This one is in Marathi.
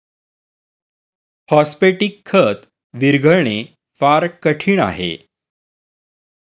फॉस्फेटिक खत विरघळणे फार कठीण आहे